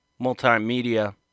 multimedia